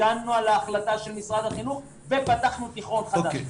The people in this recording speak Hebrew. הגנו על ההחלטה של משרד החינוך ופתחנו תיכון חדש.